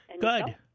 Good